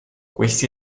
questi